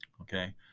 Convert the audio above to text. Okay